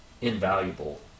invaluable